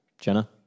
Jenna